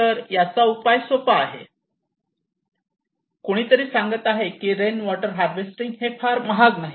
तर याचा उपाय सोपा आहे कुणीतरी सांगत आहे की रेन वॉटर हार्वेस्टिंग हे फार महाग नाही